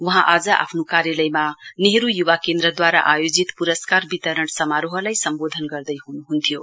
वहाँ आज आफ्नो कार्यकालयमा नेहरू युवा केन्द्रद्वारा आयोजित पुरस्कार वितरण समारोहलाई सम्बोधन गर्दैहुनुहुन्थ्यो